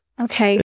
Okay